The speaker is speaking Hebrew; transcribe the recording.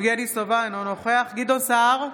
אינו נוכח גדעון סער,